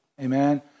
Amen